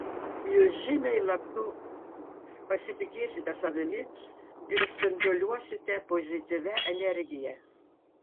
jūs žymiai labiau pasitikėsite savimi ir spinduliuosite pozityvia energija